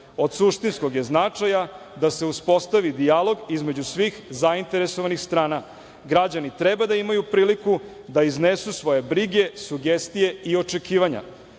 Od suštinskog je značaja da se uspostavi dijalog između svih zainteresovanih strana. Građani treba da imaju priliku da iznesu svoje brige, sugestije i očekivanja.